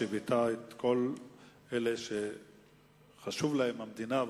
שביטא את דעתם של כל אלה שחשובות להם המדינה,